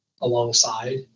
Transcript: alongside